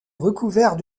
recouverts